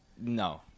No